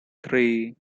three